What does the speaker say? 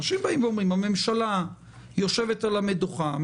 אנשים באים ואומרים: הממשלה יושבת על המדוכה,